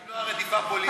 רוצים למנוע רדיפה פוליטית.